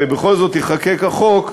ובכל זאת ייחקק החוק,